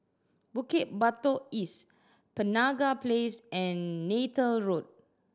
Bukit Batok East Penaga Place and Neythal Road